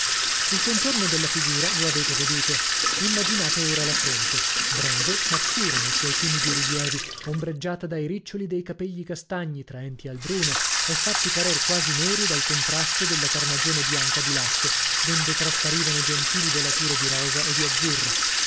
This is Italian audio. il contorno della figura lo avete veduto immaginate ora la fronte breve ma pura ne suoi timidi rilievi ombreggiata dai riccioli dei capegli castagni traenti al bruno e fatti parer quasi neri dal contrasto della carnagione bianca di latte d'onde trasparivano gentili velature di rosa e di azzurro